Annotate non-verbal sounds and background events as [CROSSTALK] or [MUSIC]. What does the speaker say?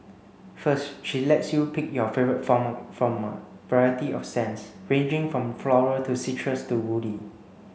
first she lets you pick your favourite [UNINTELLIGIBLE] from a variety of scents ranging from floral to citrus to woody